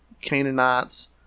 Canaanites